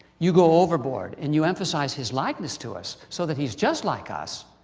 you go overboard and you emphasize his likeness to us, so that he's just like us,